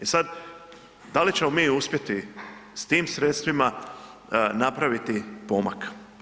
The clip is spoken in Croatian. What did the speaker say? E sad da li ćemo mi uspjeti s tim sredstvima napraviti pomak?